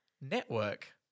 Network